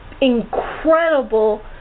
incredible